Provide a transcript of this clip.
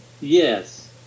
Yes